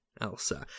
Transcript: Elsa